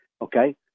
Okay